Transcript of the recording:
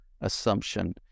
assumption